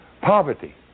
poverty